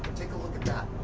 take a look at that,